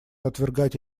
отвергать